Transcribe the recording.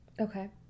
Okay